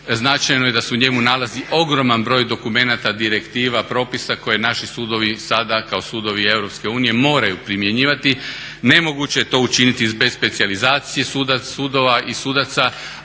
značajno je da se u njemu nalazi ogroman broj dokumenata, direktiva, propisa koje naši sudovi sada kao sudovi Europske unije moraju primjenjivati. Nemoguće je to učiniti bez specijalizacije sudova i sudaca,